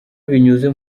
binyuze